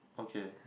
okay